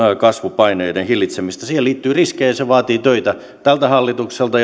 kasvupaineiden hillitsemistä siihen liittyy riskejä ja se vaatii töitä tältä hallitukselta